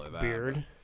beard